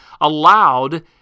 allowed